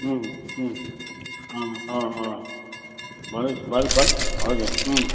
अँ अँ अँ हजुर अँ